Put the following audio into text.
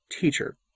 Teacher